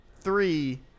three